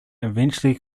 eventually